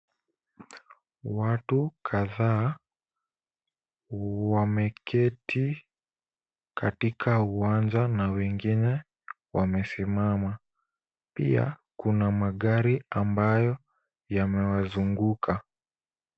Watu kadhaa wameketi katika uwanja na wengine wamesimama pia kuna magari ambayo yamewazunguka.